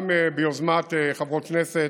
גם ביוזמת חברות הכנסת,